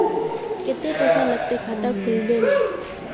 केते पैसा लगते खाता खुलबे में?